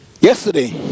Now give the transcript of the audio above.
Yesterday